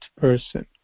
person